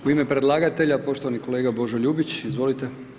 U ime predlagatelja, poštovani kolega Božo Ljubić, izvolite.